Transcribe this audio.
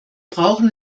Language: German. brauchen